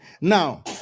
now